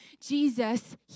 Jesus